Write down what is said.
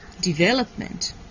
development